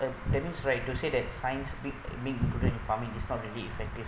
that that mean right to say that science be being included in farming is not really effective